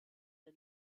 der